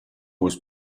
was